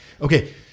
Okay